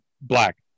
black